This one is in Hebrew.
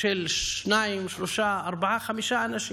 של שניים, שלושה, ארבעה, חמישה אנשים,